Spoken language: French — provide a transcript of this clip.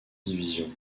divisions